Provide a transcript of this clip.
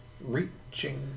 Reaching